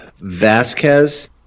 Vasquez